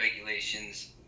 regulations